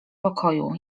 pokoju